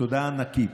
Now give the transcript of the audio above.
תודה ענקית.